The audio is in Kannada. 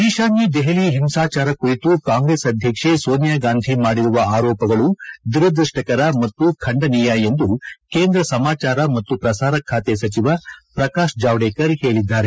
ಈಶಾನ್ನ ದೆಹಲಿ ಹಿಂಸಾಚಾರ ಕುರಿತು ಕಾಂಗ್ರೆಸ್ ಅಧ್ಯಕ್ಷೆ ಸೋನಿಯಾಗಾಂಧಿ ಮಾಡಿರುವ ಆರೋಪಗಳು ದುರದ್ವಷ್ಷಕರ ಮತ್ತು ಖಂಡನೀಯ ಎಂದು ಕೇಂದ್ರ ಸಮಾಚಾರ ಮತ್ತು ಪ್ರಸಾರ ಖಾತೆ ಸಚಿವ ಪ್ರಕಾಶ್ ಜಾವಡೇಕರ್ ಹೇಳಿದ್ದಾರೆ